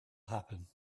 happen